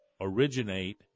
originate